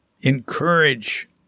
encourage